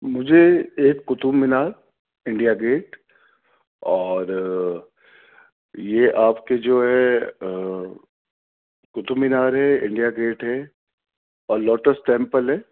مجھے ایک Qutub Minar India Gate اور یہ آپ کے جو ہے قطب مینار ہے انڈیا گیٹ ہے اور لوٹس ٹیمپل ہے